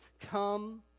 come